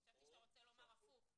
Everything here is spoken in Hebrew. חשבתי שאתה רוצה לומר הפוך.